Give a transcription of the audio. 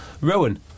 Rowan